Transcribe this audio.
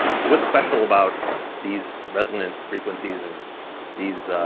so what's special about these resonant frequencies and these